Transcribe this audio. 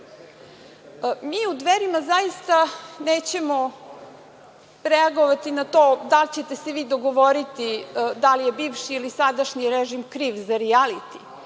u Dverima zaista nećemo reagovati na to da li ćete se vi dogovoriti da li je bivši ili sadašnji režim kriv za rijaliti,